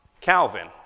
Calvin